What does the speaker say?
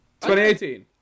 2018